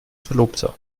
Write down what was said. verlobter